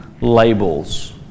labels